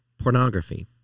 pornography